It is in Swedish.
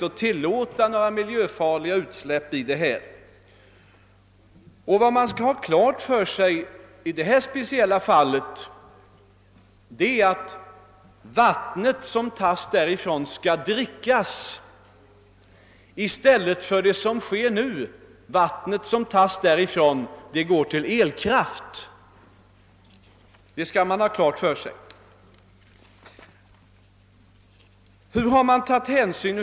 Miljöfarliga utsläpp kommer inte att tillåtas, och man skall ha klart för sig i det här speciella fallet att vattnet, som tas från sjön, skall drickas i stället för att, som nu sker, användas för framställning av elkraft.